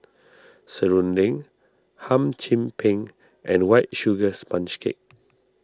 Serunding Hum Chim Peng and White Sugar Sponge Cake